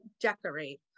decorate